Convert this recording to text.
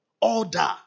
Order